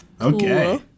okay